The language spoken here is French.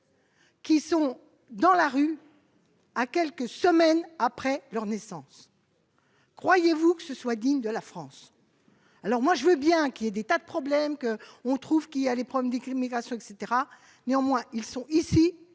Qui sont dans la rue. à quelques semaines après leur naissance. Croyez-vous que ce soit digne de la France, alors moi je veux bien qu'il ait des tas de problèmes qu'on trouve qu'il y a les problèmes des crimes migration etc, néanmoins ils sont ici,